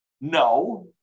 no